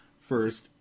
first